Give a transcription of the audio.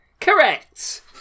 Correct